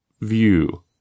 view